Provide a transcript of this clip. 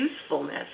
usefulness